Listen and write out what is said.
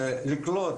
האלה,